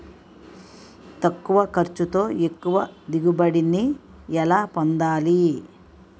తక్కువ ఖర్చుతో ఎక్కువ దిగుబడి ని ఎలా పొందాలీ?